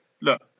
look